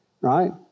right